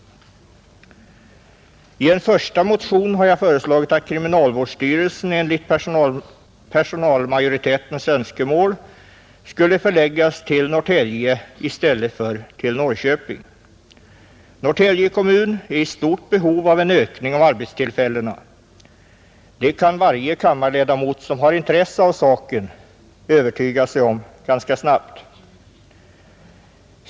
I en första motion har jag föreslagit att kriminalvårdsstyrelsen enligt personalmajoritetens önskemål skulle förläggas till Norrtälje i stället för till Norrköping. Norrtälje kommun är i stort behov av en ökning av arbetstillfällena. Det kan varje kammarledamot som har intresse av saken övertyga sig om ganska snabbt.